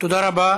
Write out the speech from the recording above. תודה רבה.